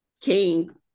king